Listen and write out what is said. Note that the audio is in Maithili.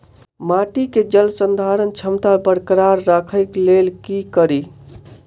माटि केँ जलसंधारण क्षमता बरकरार राखै लेल की कड़ी?